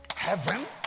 heaven